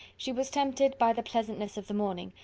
she was tempted, by the pleasantness of the morning,